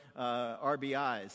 RBIs